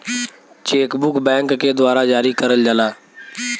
check book bank के द्वारा जारी करल जाला